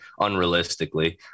unrealistically